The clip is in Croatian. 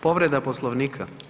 Povreda Poslovnika.